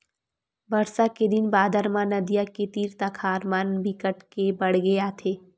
बरसा के दिन बादर म नदियां के तीर तखार मन म बिकट के बाड़गे आथे